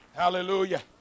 hallelujah